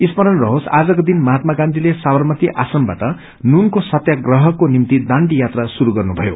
स्मरण रहोस् आजको दिन महात्मा गान्थीले वावरमती आश्रमबाट नूनको सत्पाप्रहको निम्ति दाण्ड यात्रा शुरू गर्नुभयो